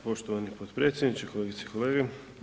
Poštovani potpredsjedniče, kolegice i kolege.